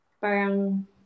parang